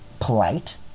polite